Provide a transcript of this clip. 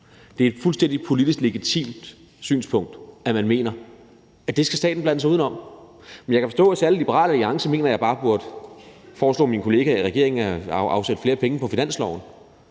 Det er et fuldstændig legitimt politisk synspunkt, at man mener, at det skal staten blande sig uden om. Men jeg kan forstå, at særlig Liberal Alliance mener, at jeg bare burde foreslå mine kollegaer i regeringen at afsætte flere penge på finansloven.